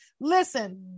Listen